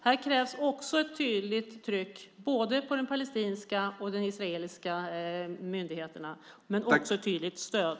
Här krävs ett tydligt tryck på både palestinska och israeliska myndigheter, men också ett tydligt stöd.